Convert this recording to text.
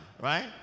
right